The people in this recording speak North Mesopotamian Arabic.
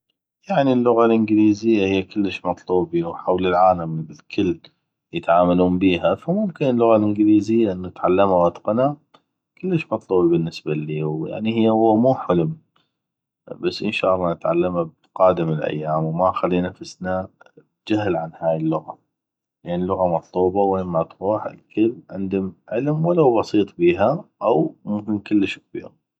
يعني اللغة الانكليزية هي كلش مطلوبي وحول العالم الكل يتعاملون بيها ف ممكن اللغة الانكليزية انو اتعلمه واتقنه كلش مطلوبي بالنسبه اللي ويعني هو مو حلم بس ان شاء الله نتعلمه بقادم الايام وما نخلي نفسنا بجهل عن هاي اللغة لان لغة مطلوبه ووين ما تغوح الكل عندم علم ولو بسيط بيها أو منهم كلش كبيغ